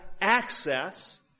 access